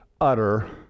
utter